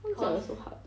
三脚 also hard